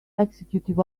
executive